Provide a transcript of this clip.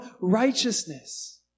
righteousness